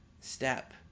step